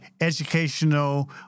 educational